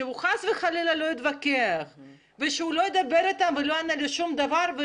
שחס וחלילה לא יתווכח ולא ידבר ולא יענה לשום דבר ,